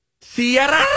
Sierra